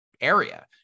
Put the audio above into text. area